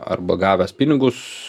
arba gavęs pinigus